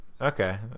Okay